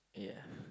yeah